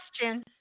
question